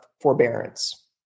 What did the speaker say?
forbearance